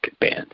band